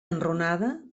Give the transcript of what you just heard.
enrunada